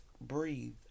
breathe